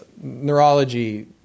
Neurology